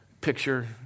picture